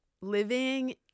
living